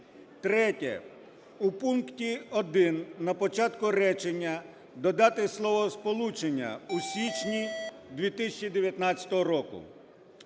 Третє. У пункті 1 на початку речення додати словосполучення "у січні 2019 року".